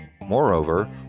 Moreover